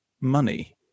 money